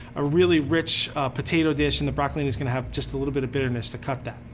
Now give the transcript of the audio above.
a really rich potato dish and the broccolini's gonna have just a little bit of bitterness to cut that.